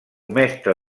mestre